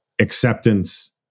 acceptance